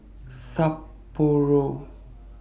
Sapporo